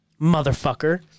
Motherfucker